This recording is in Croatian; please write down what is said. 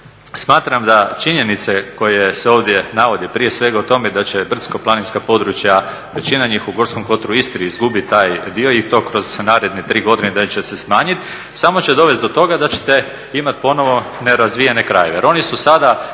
smatram da činjenice koje se ovdje navodi, prije svega o tome da će brdsko-planinska područja, većina njih u Gorskom kotaru, u Istri, izgubiti taj dio i to kroz naredne tri godine da će se smanjiti samo će dovesti do toga da ćete imati ponovo nerazvijene krajeve.